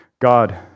God